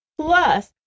Plus